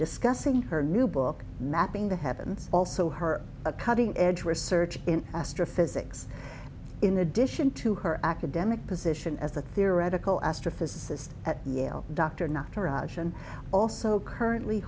discussing her new book mapping the heavens also her a cutting edge research in astrophysics in addition to her academic position as a theoretical astrophysicist at yale dr knot and also currently